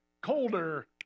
colder